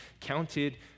counted